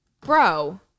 Bro